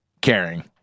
caring